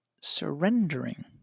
surrendering